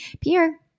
Pierre